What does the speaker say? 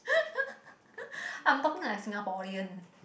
I'm talking like a Singaporean